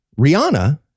Rihanna